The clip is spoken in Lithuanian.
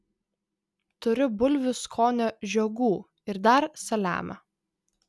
turiu bulvių skonio žiogų ir dar saliamio